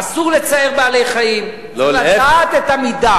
אסור לצער בעלי-חיים, צריך לדעת את המידה.